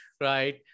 right